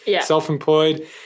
self-employed